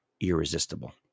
irresistible